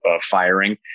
firing